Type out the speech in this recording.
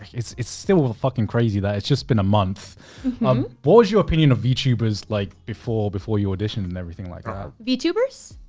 it's it's still fucking crazy that it's just been a month. um what was your opinion of vtubers like before before you auditioned and everything like that? ah vtubers?